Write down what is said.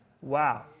Wow